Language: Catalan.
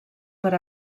per